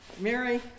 Mary